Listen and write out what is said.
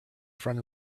front